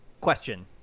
Question